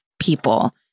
people